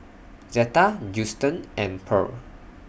Zeta Justen and Pearl